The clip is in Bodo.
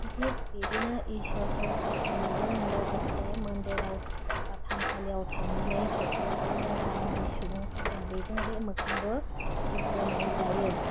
थिक बिदिनो ईश्वरखौ फोथायनायजों लोगोसे मन्दिराव बा थानसालियाव थांनानै सप्तायाव खनसे जों गामिनि सुबुंफोरजों बेजों बे मोखांबो नायज्लायनाय जायो